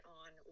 on